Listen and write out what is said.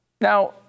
Now